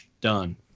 done